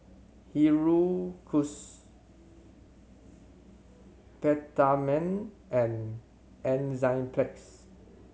Peptamen and Enzyplex